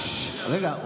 רגע,